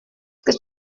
que